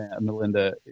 Melinda